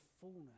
fullness